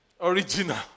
Original